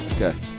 Okay